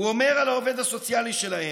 הוא אומר על העובד הסוציאלי שלהם: